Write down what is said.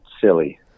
silly